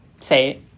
say